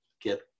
get